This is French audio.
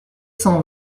cent